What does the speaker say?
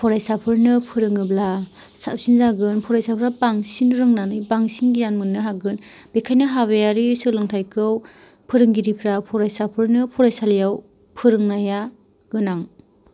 फरायसाफोरनो फोरोङोब्ला साबसिन जागोन फरायसाफ्रा बांसिन रोंनानै बांसिन गियान मोननो हागोन बेनिखायनो हाबायारि सोलोंथाइखौ फोरोंगिरिफ्रा फरायसाफोरनो फरायसालियाव फोरोंनाया गोनां